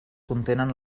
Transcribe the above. contenen